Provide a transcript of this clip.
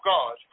God